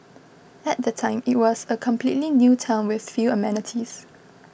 at the time it was a completely new town with few amenities